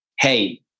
hey